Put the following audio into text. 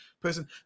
person